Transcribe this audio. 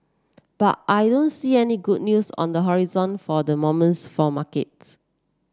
but I don't see any good news on the horizon for the moments for markets